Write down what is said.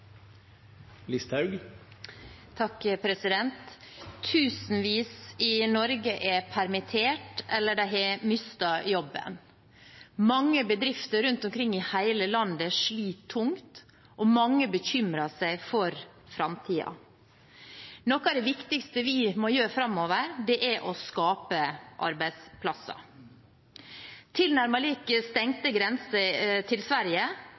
Tusenvis i Norge er permittert eller har mistet jobben. Mange bedrifter rundt omkring i hele landet sliter tungt, og mange bekymrer seg for framtiden. Noe av det viktigste vi må gjøre framover, er å skape arbeidsplasser. Tilnærmet stengte grenser til Sverige